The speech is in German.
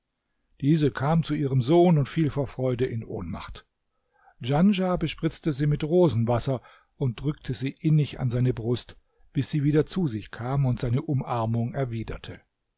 diese kam zu ihrem sohn und fiel vor freude in ohnmacht djanschah bespritzte sie mit rosenwasser und drückte sie innig an seine brust bis sie wieder zu sich kam und seine umarmung erwiderte